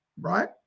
Right